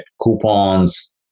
coupons